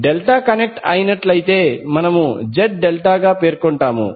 delta connect అయినట్లయితే మనము Z∆ గా పేర్కొంటాము